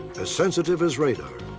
as sensitive as radar,